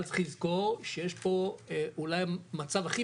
אבל צריך לזכור שיש פה אולי מצב הכי